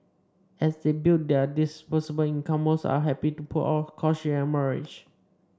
as they build their disposable income most are happy to put off courtship and marriage